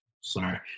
Sorry